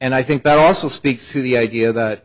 and i think that also speaks to the idea that